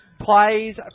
plays